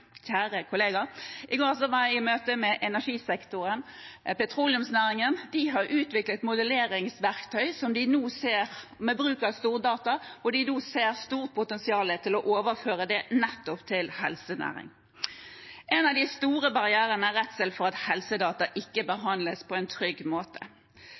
i går var jeg i møte med energisektoren. Petroleumsnæringen har utviklet modelleringsverktøy, med bruk av stordata, hvor man nå ser et stort potensial for å overføre det til nettopp helsenæringen. En av de store barrierene er redselen for at helsedata ikke behandles på en trygg måte.